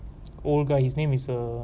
old guy his name is uh